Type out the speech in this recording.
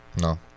No